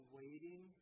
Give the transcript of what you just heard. waiting